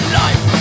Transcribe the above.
life